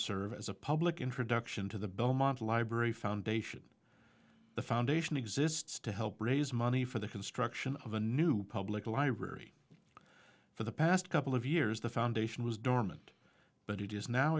serve as a public introduction to the belmont library foundation the foundation exists to help raise money for the construction of a new public library for the past couple of years the foundation was dormant but it is now